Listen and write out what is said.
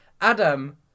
Adam